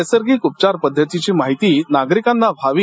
नैसर्गिक उपचार पद्धतीची माहिती नागरिकांना व्हावी